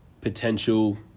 potential